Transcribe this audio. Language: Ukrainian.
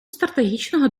стратегічного